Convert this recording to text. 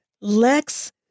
Lex